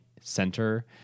center